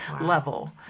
level